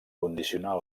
condicionar